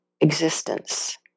existence